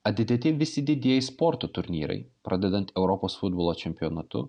atidėti visi didieji sporto turnyrai pradedant europos futbolo čempionatu